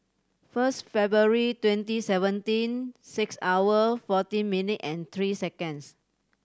first February twenty seventeen six hour fourteen minute and three seconds